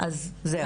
אז זהו.